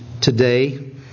today